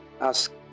ask